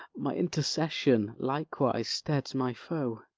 my intercession likewise steads my foe.